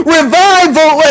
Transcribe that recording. Revival